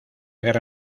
guerra